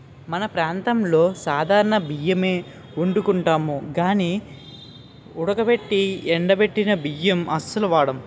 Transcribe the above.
మన ప్రాంతంలో సాధారణ బియ్యమే ఒండుకుంటాం గానీ ఉడకబెట్టి ఎండబెట్టిన బియ్యం అస్సలు వాడం